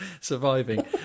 surviving